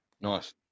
Nice